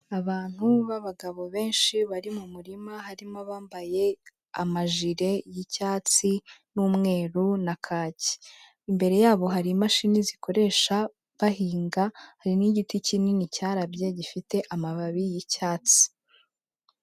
Abantu b'abagabo benshi bari mu murima, harimo abambaye amajire y'icyatsi n'umweru na kaki, imbere yabo hari imashini zikoresha bahinga, hari n'igiti kinini cyarabye gifite amababi y'icyatsi.